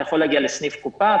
אתה יכול להגיע לסניף קופה,